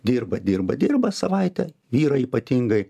dirba dirba dirba savaitę vyrai ypatingai